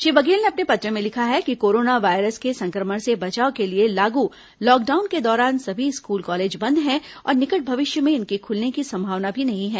श्री बघेल ने अपने पत्र में लिखा है कि कोरोना वायरस के संक्रमण से बचाव के लिए लागू लॉकडाउन को दौरान सभी स्कूल कॉलेज बंद हैं और निकट भविष्य में इनके खुलने की संभावना भी नहीं है